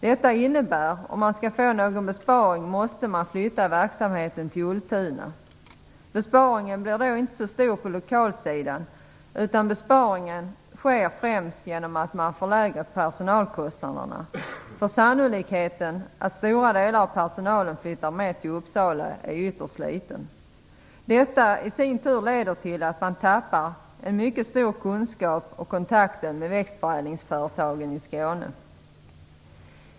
Det innebär att om man skall få någon besparing måste verksamheten flyttas till Ultuna. Besparingen blir då inte så stor på lokalsidan, utan den sker främst genom att man får lägre personalkostnader. Sannolikheten att stora delar av personalen flyttar med till Uppsala är ytterst liten. Detta i sin tur leder till att man tappar en mycket stor kunskap och kontakten med växtförädlingsföretagen i Skåne.